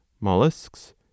mollusks